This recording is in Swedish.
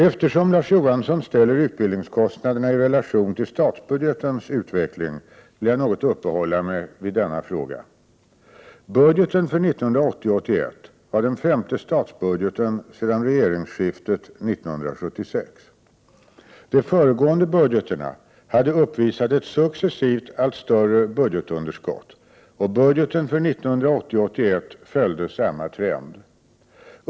Eftersom Larz Johansson ställer utbildningskostnaderna i relation till statsbudgetens utveckling vill jag något uppehålla mig vid denna fråga. Budgeten för 1980 81 följde samma trend.